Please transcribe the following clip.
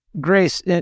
Grace